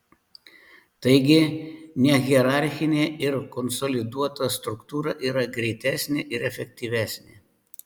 taigi nehierarchinė ir konsoliduota struktūra yra greitesnė ir efektyvesnė